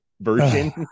version